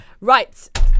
Right